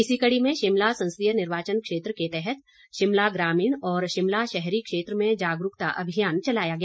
इसी कड़ी में शिमला संसदीय निर्वाचन क्षेत्र के तहत शिमला ग्रामीण और शिमला शहरी क्षेत्र में जागरूकता अभियान चलाया गया